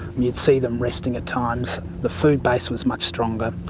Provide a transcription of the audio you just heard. you'd see them resting at times, the food base was much stronger,